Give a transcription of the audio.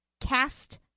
cast